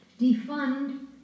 defund